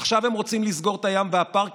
עכשיו הם רוצים לסגור את הים והפארקים,